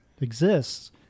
exists